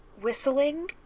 whistling